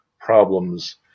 problems